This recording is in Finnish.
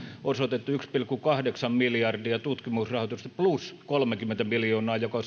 osoitettu yksi pilkku kahdeksan miljardia tutkimusrahoitusta plus kolmekymmentä miljoonaa joka